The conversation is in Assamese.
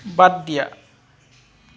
বাদ দিয়া